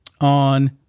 on